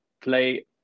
play